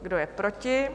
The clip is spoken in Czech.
Kdo je proti?